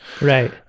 Right